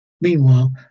Meanwhile